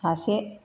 सासे